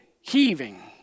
heaving